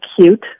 cute